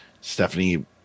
stephanie